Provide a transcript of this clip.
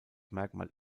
merkmal